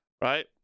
right